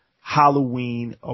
Halloween